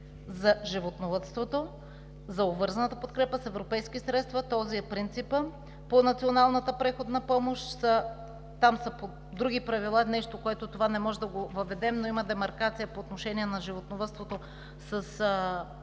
за животновъдството, за обвързаната подкрепа с европейски средства този е принципът. По националната преходна помощ са по други правила – нещо, което не можем да го въведем, но има демаркация по отношение на животновъдството с таргета